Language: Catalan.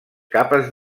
capes